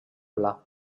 pla